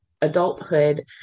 adulthood